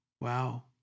Wow